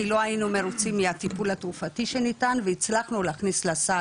כי לא היינו מרוצים מהטיפול התרופתי שניתן והצלחנו להכניס לסל,